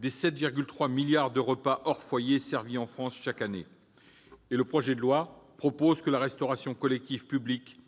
des 7,3 milliards de repas hors foyers servis en France chaque année. Nous souhaitons que la restauration collective publique